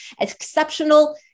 exceptional